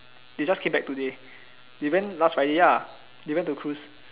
they just came back today they went last friday ya they went to cruise